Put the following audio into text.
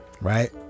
right